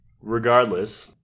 Regardless